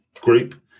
group